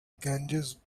ganges